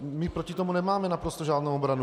My proti tomu nemáme naprosto žádnou obranu.